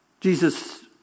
Jesus